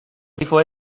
grifo